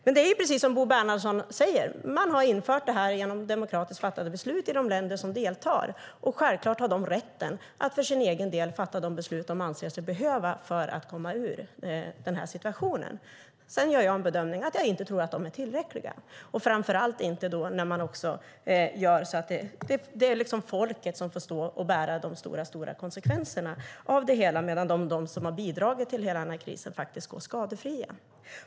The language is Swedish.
Men det är precis som Bo Bernhardsson säger: Man har infört detta genom demokratiskt fattade beslut i de länder som deltar, och självklart har de rätten att för egen del fatta de beslut de anser sig behöva för att komma ur situationen. Sedan gör jag bedömningen att de inte är tillräckliga, framför allt inte när man också låter folket få bära de stora konsekvenserna av det hela medan de som har bidragit till krisen faktiskt går skadefria.